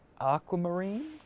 aquamarine